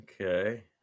Okay